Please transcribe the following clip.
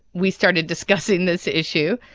we started discussing this issue.